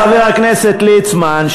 חבר הכנסת ליצמן,